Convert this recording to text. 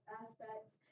aspects